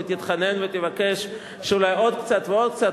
ותתחנן ותבקש שאולי עוד קצת ועוד קצת,